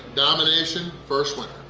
domination, first